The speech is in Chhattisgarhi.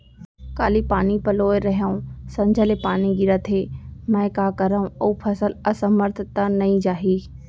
काली पानी पलोय रहेंव, संझा ले पानी गिरत हे, मैं का करंव अऊ फसल असमर्थ त नई जाही?